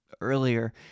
earlier